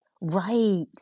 Right